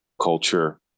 culture